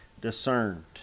discerned